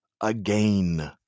again